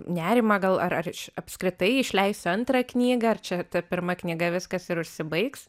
nerimą gal ar ar apskritai išleisiu antrą knygą ar čia ta pirma knyga viskas ir užsibaigs